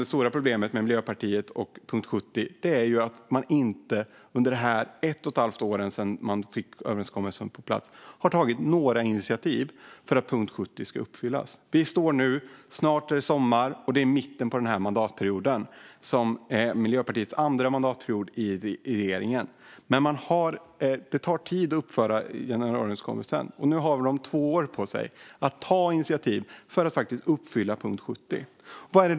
Det stora problemet med Miljöpartiet och punkt 70 är att man under det ett och ett halvt år sedan man fick överenskommelsen på plats inte har tagit några initiativ för att punkt 70 ska uppfyllas. Snart är det sommar, och vi befinner oss mitt i mandatperioden. Det är Miljöpartiets andra mandatperiod i regeringsställning. Det tar tid att genomföra januariöverenskommelsen. Nu har man två år på sig att ta initiativ för att uppfylla punkt 70.